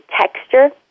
texture